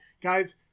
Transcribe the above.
guys